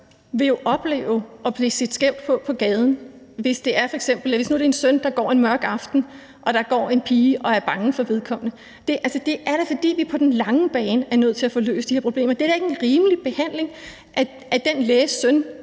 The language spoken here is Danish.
jo opleve at blive set skævt til på gaden. Hvis nu sønnen en mørk aften går på gaden og der går en pige og er bange for vedkommende, må vi da på den lange bane se at få løst de her problemer. Det er da ikke en rimelig behandling af den læges søn,